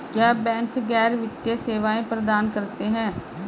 क्या बैंक गैर वित्तीय सेवाएं प्रदान करते हैं?